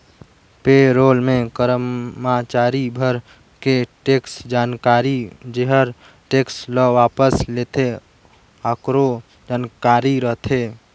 पे role मे करमाचारी भर के टेक्स जानकारी जेहर टेक्स ल वापस लेथे आकरो जानकारी रथे